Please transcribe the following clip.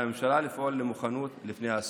על הממשלה לפעול למוכנות בפני האסון.